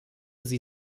sie